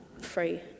free